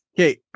Okay